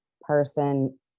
person